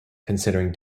considering